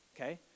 okay